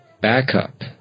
Backup